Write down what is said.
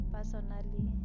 Personally